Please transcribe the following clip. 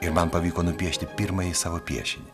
ir man pavyko nupiešti pirmąjį savo piešinį